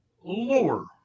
Lower